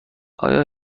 آیا